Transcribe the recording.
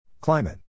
Climate